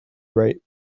right